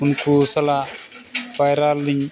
ᱩᱱᱠᱩ ᱥᱟᱞᱟᱜ ᱯᱟᱭᱨᱟ ᱞᱤᱧ